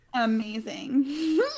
Amazing